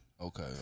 Okay